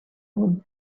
would